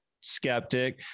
skeptic